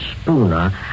Spooner